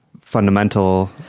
fundamental